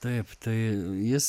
taip tai jis